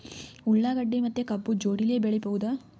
ಉಳ್ಳಾಗಡ್ಡಿ ಮತ್ತೆ ಕಬ್ಬು ಜೋಡಿಲೆ ಬೆಳಿ ಬಹುದಾ?